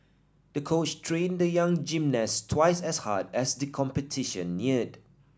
the coach trained the young gymnast twice as hard as the competition neared